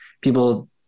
people